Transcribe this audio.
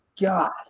God